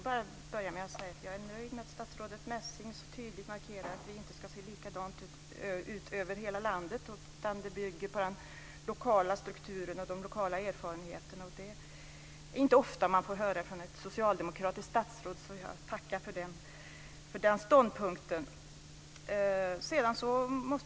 Herr talman! Jag är nöjd att statsrådet Messing så tydligt markerar att det inte ska se likadant ut över hela landet. Detta bygger på den lokala strukturen och de lokala erfarenheterna. Det är inte ofta vi får höra något sådant från ett socialdemokratiskt statsråd. Jag tackar för den ståndpunkten.